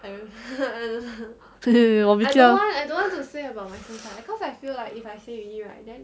我比较